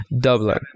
Dublin